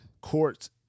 courts